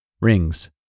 Rings